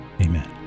Amen